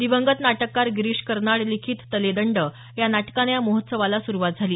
दिवंगत नाटककार गिरीश कर्नाड लिखित तलेदंड या नाटकानं या महोत्सवाला सुरुवात झाली